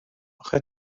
آخه